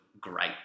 great